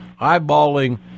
eyeballing